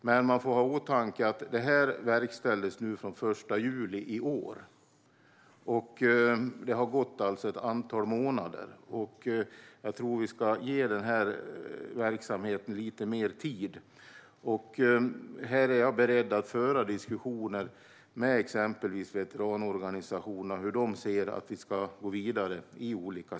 Vi får dock ha i åtanke att detta verkställdes den 1 juli i år. Det har bara gått några månader, och vi måste ge denna verksamhet lite mer tid. Jag är beredd att föra diskussioner med exempelvis veteranorganisationerna om hur de anser att vi ska gå vidare.